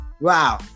Wow